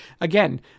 again